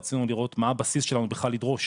רצינו לראות מה הבסיס שלנו בכלל לדרוש